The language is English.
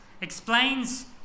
explains